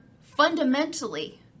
fundamentally